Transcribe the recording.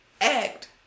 act